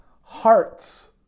Hearts